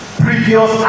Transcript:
previous